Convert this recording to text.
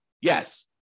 Yes